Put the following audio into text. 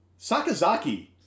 Sakazaki